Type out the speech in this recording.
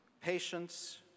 patience